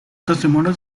testimonio